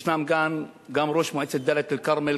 ישנו כאן גם ראש מועצת דאלית-אל-כרמל,